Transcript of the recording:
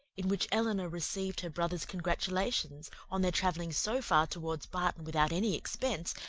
in which elinor received her brother's congratulations on their travelling so far towards barton without any expense,